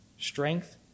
Strength